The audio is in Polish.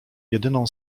jedyną